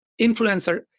Influencer